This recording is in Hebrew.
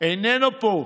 איננו פה.